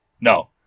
No